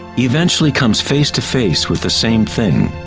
eventually comes face to face with the same thing